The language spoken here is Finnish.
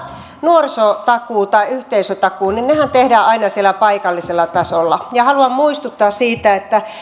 nuorisotakuu tai yhteisötakuu tehdään aina siellä paikallisella tasolla ja haluan muistuttaa siitä että